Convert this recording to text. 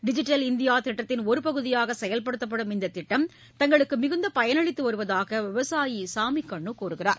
digital India திட்டத்தின் ஒரு பகுதியாக செயல்படுத்தப்படும் இந்த திட்டம் தங்களுக்கு மிகுந்த பயன் அளித்து வருவதாக விவசாயி சாமிக்கண்ணு கூறியுள்ளார்